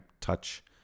touch